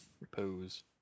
Repose